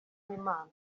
w’imana